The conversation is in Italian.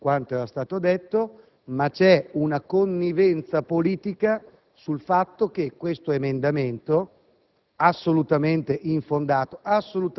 È sfuggito alla Presidenza quanto era stato detto, ma c'è una connivenza politica sul fatto che tale emendamento,